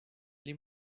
pli